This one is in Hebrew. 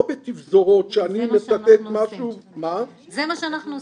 לא בתפזורות שאני מצטט משהו ו --- זה מה שאנחנו עושים,